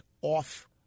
off